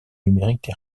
numérique